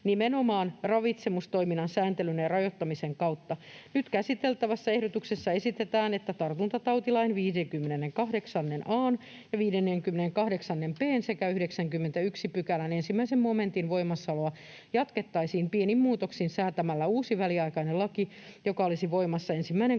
nimenomaan ravitsemustoiminnan sääntelyn ja rajoittamisen kautta. Nyt käsiteltävässä ehdotuksessa esitetään, että tartuntatautilain 58 a ja 58 b §:n sekä 91 §:n 1 momentin voimassaoloa jatkettaisiin pienin muutoksin säätämällä uusi väliaikainen laki, joka olisi voimassa